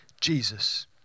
Jesus